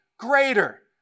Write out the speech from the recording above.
greater